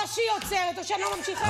או שהיא עוצרת או שאני לא ממשיכה.